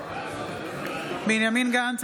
משתתפת בנימין גנץ,